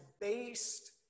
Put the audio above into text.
based